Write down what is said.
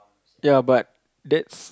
ya but that's